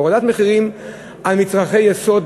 הורדת מחירים של מצרכי יסוד,